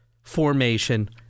formation